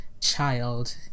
child